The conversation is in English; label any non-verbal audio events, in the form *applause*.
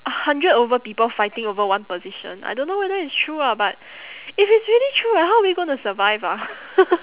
a hundred over people fighting over one position I don't know whether it's true ah but if it's really true ah how are we gonna survive ah *laughs*